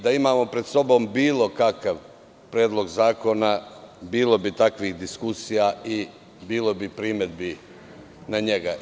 Da imamo pred sobom bilo kakav predlog zakona, bilo bi takvih diskusija i bilo bi primedbi na njega.